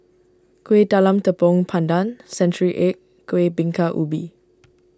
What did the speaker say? Kuih Talam Tepong Pandan Century Egg Kueh Bingka Ubi